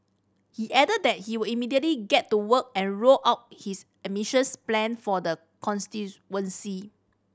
he added that he will immediately get to work and roll out his ambitious plan for the constituency